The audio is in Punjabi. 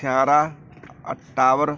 ਖਿਆਰਾ ਅਟਾਵਰ